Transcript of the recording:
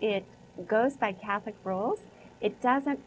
it goes by catholic rules it doesn't